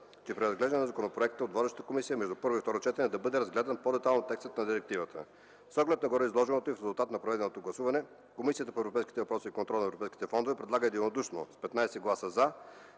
при разглеждане на законопроекта от водещата комисия между първо и второ четене да бъде разгледан по-детайлно текстът на директивата. С оглед на гореизложеното и в резултат на проведеното гласуване, Комисията по европейските въпроси и контрол на европейските фондове предлага единодушно с 15 гласа „за”